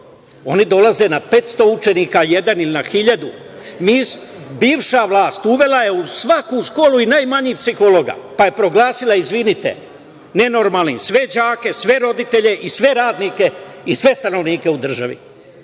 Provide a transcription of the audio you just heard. oni dolaze na 500 učenika jedan, ili na hiljadu. Bivša vlast uvela je u svaku školu i najmanje psihologa, pa je proglasila, izvinite, nenormalnim sve đake, sve roditelje, sve radnike i sve stanovnike u državi.